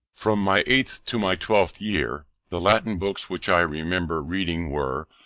from my eighth to my twelfth year, the latin books which i remember reading were,